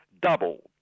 Double